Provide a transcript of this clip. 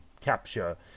capture